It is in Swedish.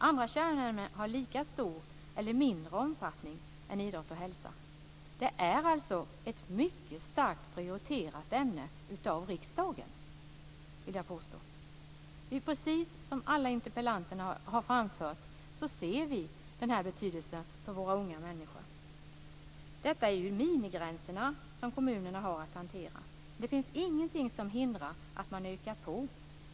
Andra kärnämnen har lika stor eller mindre omfattning än idrott och hälsa. Det är alltså, vill jag påstå, ett av riksdagen mycket starkt prioriterat ämne. Precis som alla debattörer här har framfört ser vi denna betydelse för våra unga människor. Detta är ju minimigränser som kommunerna har att hantera. Det finns ingenting som hindrar att man ökar på.